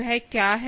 वह क्या है